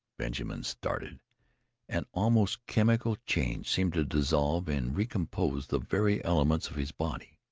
benjamin started an almost chemical change seemed to dissolve and recompose the very elements of his body.